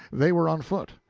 they were on foot,